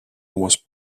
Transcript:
was